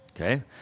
Okay